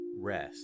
rest